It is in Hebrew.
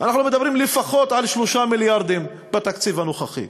אנחנו מדברים לפחות על 3 מיליארדים בתקציב הנוכחי.